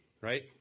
right